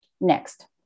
Next